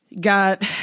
got